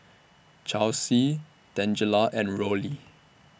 Charlsie Tangela and Rollie